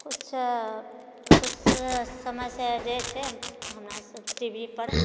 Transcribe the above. किछु किछु समयसँ जे छै हमरा सभ टी वी पर